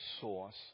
source